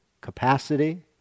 capacity